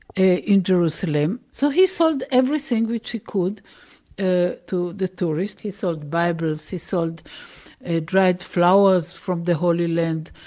in jerusalem. so he sold everything which he could ah to the tourists. he sold bibles, he sold dried flowers from the holy land,